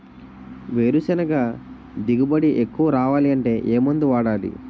వేరుసెనగ దిగుబడి ఎక్కువ రావాలి అంటే ఏ మందు వాడాలి?